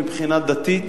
מבחינה דתית